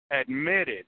admitted